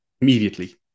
immediately